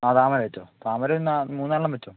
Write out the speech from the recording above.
ആ താമര വെച്ചുകൊള്ളൂ താമര എന്നാല് മൂന്നാലെണ്ണം വെച്ചുകൊള്ളൂ